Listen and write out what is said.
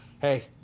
Hey